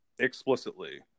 explicitly